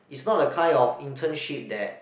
it's not the kind of internship that